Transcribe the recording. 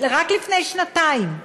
רק לפני שנתיים-שלוש,